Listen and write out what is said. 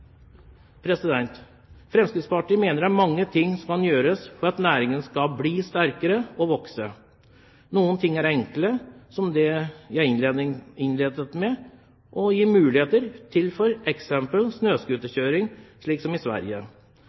Fremskrittspartiet mener det er mange ting som kan gjøres for at næringene kan bli sterkere og kan vokse. Noen ting er enkle, som det jeg innledet med: å gi muligheter til f.eks. snøscooterkjøring, slik som i Sverige.